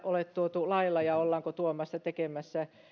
ole tuotu lailla ja ollaanko tuomassa tekemässä